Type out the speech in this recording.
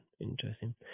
interesting